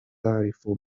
أعرف